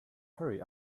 hurry